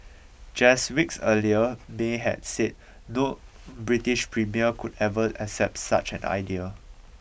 just weeks earlier May had said no British premier could ever accept such an idea